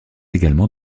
également